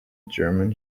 german